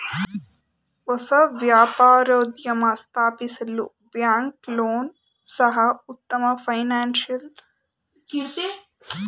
ಹೊಸ ವ್ಯಾಪಾರೋದ್ಯಮ ಸ್ಥಾಪಿಸಲು ಬ್ಯಾಂಕ್ ಲೋನ್ ಸಹ ಉತ್ತಮ ಫೈನಾನ್ಸಿಯಲ್ ಸೋರ್ಸಸ್ ಆಗಿದೆ